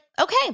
okay